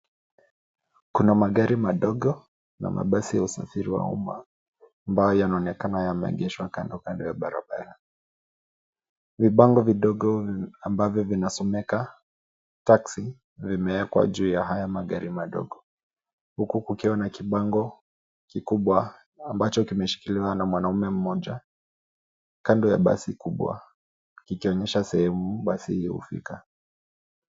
Kuna magari madogo na mabasi ya usafiri wa uma ambayo yanaonekana yameegeshwa kando kando ya barabara . Vibango vidogo ambavyo vinasomeka, taxi vimewekwa juu ya haya magari madogo, huku kukiwa na kibango kikubwa ambacho kimeshikiliwa na mwanamme mmoja kando ya basi kubwa , kikionyesha sehemu basi hiyo hufika.